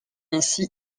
ainsi